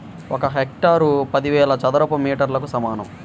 ఒక హెక్టారు పదివేల చదరపు మీటర్లకు సమానం